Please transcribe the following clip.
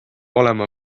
olema